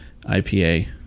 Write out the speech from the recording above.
ipa